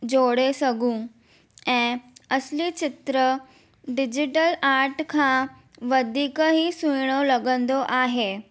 जोड़े सघूं ऐं असली चित्र डिज़िटल आर्ट खां वधीक ई सुहिणो लॻंदो आहे